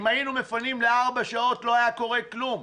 אם היינו מפנים לארבע שעות לא היה קורה כלום.